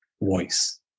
voice